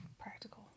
practical